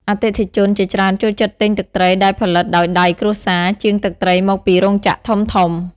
អតិថិជន ជាច្រើនចូលចិត្តទិញទឹកត្រីដែលផលិតដោយដៃគ្រួសារ ជាងទឹកត្រីមកពីរោងចក្រធំៗ។